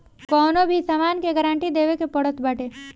कवनो भी सामान के गारंटी देवे के पड़त बाटे